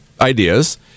ideas